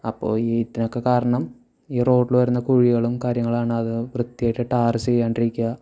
അപ്പോൾ ഇതിനൊക്കെ കാരണം ഈ റോഡിൽ വരുന്ന കുഴികളും കാര്യങ്ങളാണ് അത് വൃത്തിയായിട്ട് ടാർ ചെയ്യാണ്ടെ ഇരിക്കുക